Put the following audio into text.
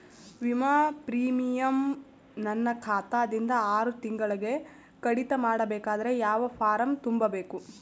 ವಿಮಾ ಪ್ರೀಮಿಯಂ ನನ್ನ ಖಾತಾ ದಿಂದ ಆರು ತಿಂಗಳಗೆ ಕಡಿತ ಮಾಡಬೇಕಾದರೆ ಯಾವ ಫಾರಂ ತುಂಬಬೇಕು?